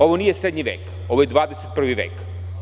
Ovo nije srednji vek, ovo je 21. vek.